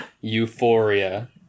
euphoria